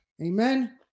Amen